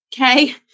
okay